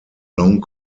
long